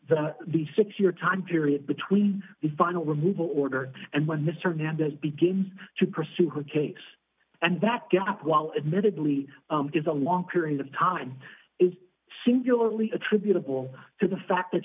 the the six year time period between the final removal order and when mr mandela begins to pursue her case and that gap while admittedly is a long period of time is singularly attributable to the fact that